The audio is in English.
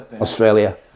Australia